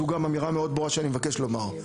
זו גם אמירה מאוד ברורה שאני מבקש לומר.